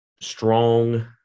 strong –